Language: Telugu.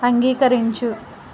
అంగీకరించు